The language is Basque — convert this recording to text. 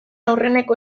aurreneko